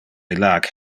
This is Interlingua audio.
illac